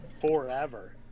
forever